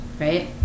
right